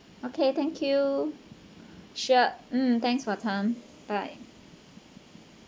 okay thank you sure mm thanks for time bye